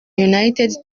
united